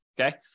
Okay